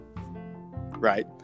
right